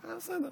בסדר.